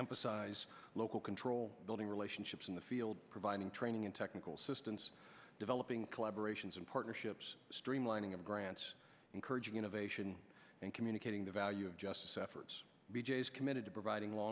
emphasize local control building relationships in the field providing training in technical systems developing collaboration's and partnerships streamlining and grants encouraging innovation and communicating the value of justice efforts b j is committed to providing law